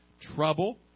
Trouble